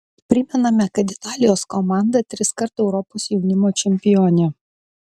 primename kad italijos komanda triskart europos jaunimo čempionė